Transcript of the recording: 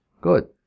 Good